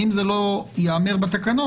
אם זה לא ייאמר בתקנות,